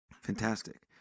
Fantastic